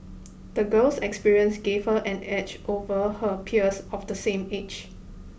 the girl's experiences gave her an edge over her peers of the same age